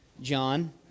John